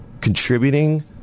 contributing